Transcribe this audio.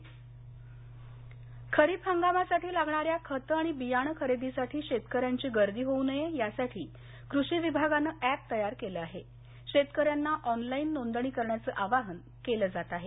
app Washim खरीप हंगामासाठी लागणाऱ्या खत आणि बियाण खरदेसाठी शेतकऱ्यांची गर्दी होऊ नये यासाठी कृषी विभागानं ऍप तयार केलं असून शेतकऱ्यांना ऑनलाईन नोंदणी करण्याचं आवाहन केलं जात आहे